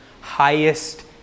highest